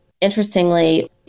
interestingly